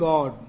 God